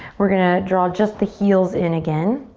we're gonna draw just the heels in again.